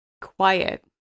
quiet